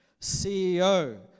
CEO